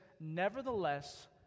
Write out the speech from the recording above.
nevertheless